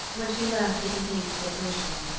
when she left he continued to sit motionless,